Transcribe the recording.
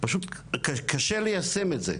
פשוט קשה ליישם את זה.